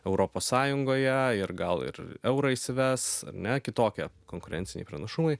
europos sąjungoje ir gal ir eurą įsives ar ne kitokie konkurenciniai pranašumai